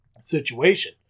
situation